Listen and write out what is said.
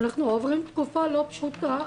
אנחנו עוברים תקופה לא פשוטה,